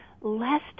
less